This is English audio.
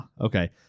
Okay